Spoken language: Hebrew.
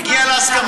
הגיעה להסכמה.